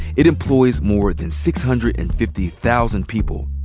it employs more than six hundred and fifty thousand people.